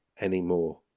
anymore